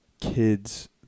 kids